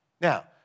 Now